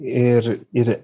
ir ir